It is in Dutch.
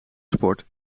sport